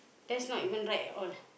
that's not even right at all